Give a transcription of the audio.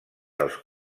dels